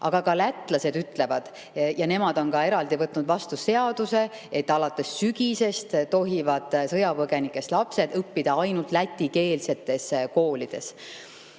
aga ka lätlased ütlevad ja on võtnud vastu eraldi seaduse, et alates sügisest tohivad sõjapõgenikest lapsed õppida ainult lätikeelsetes koolides,